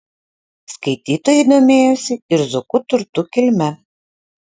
skaitytojai domėjosi ir zuokų turtų kilme